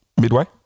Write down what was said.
Midway